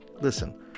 listen